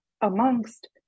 amongst